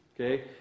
okay